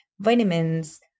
Vitamins